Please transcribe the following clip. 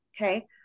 Okay